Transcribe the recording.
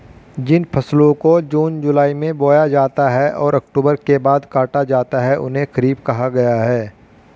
जिन फसलों को जून जुलाई में बोया जाता है और अक्टूबर के बाद काटा जाता है उन्हें खरीफ कहा गया है